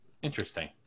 Interesting